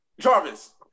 Jarvis